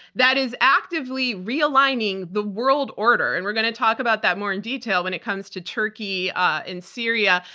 that is actively realigning the world order. and we're going to talk about that more in detail when it comes to turkey and syria,